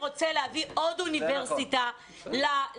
רוצה להביא עוד אוניברסיטה למדינה.